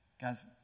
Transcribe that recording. Guys